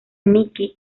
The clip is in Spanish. miki